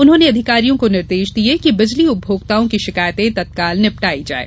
उन्होंने अधिकारियों को निर्देश दिये कि बिजली उपभोक्ताओं की शिकायतें तत्काल निबटाई जाये